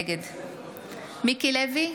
נגד מיקי לוי,